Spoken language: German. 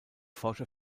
forscher